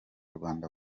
rwanda